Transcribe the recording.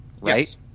right